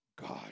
God